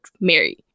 mary